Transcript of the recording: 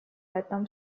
этом